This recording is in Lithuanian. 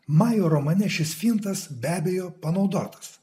majo romane šis fintas be abejo panaudotas